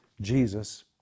Jesus